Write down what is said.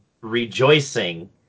rejoicing